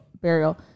Burial